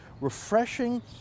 refreshing